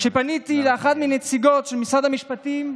כשפניתי לאחת מהנציגות של משרד המשפטים,